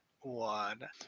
one